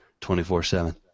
24-7